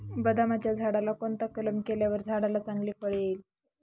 बदामाच्या झाडाला कोणता कलम केल्यावर झाडाला चांगले फळ येईल?